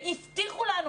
הבטיחו לנו,